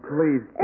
Please